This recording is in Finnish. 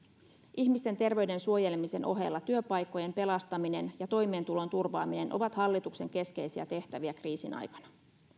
ihmisten terveyden suojelemisen ohella työpaikkojen pelastaminen ja toimeentulon turvaaminen ovat hallituksen keskeisiä tehtäviä kriisin aikana